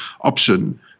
option